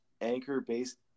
anchor-based